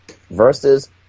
versus